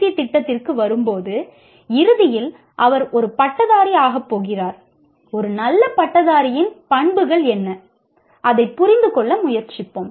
ஏ திட்டத்திற்கு வரும்போது இறுதியில் அவர் ஒரு பட்டதாரி ஆகப் போகிறார் ஒரு நல்ல பட்டதாரியின் பண்புகள் என்ன அதைப் புரிந்துகொள்ள முயற்சிப்போம்